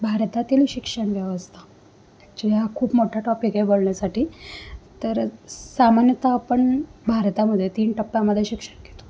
भारतातील शिक्षण व्यवस्था ॲक्चुली हा खूप मोठा टॉपिक आहे बोलण्यासाठी तर सामान्यतः आपण भारतामध्ये तीन टप्प्यामध्ये शिक्षण घेतो